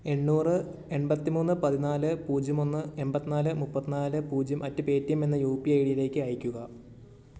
എണ്ണൂറ് എണ്പത്തിമൂന്ന് പതിനാല് പൂജ്യം ഒന്ന് എൺപത്തിനാല് മുപ്പത്തിനാല് പൂജ്യം അറ്റ് പേറ്റിഎം എന്ന U P I I D യിലേക്ക് അയയ്ക്കുക